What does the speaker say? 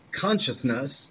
consciousness